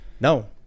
No